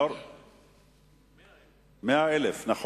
100,000. 100,000, נכון.